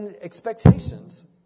expectations